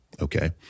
okay